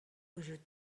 وجود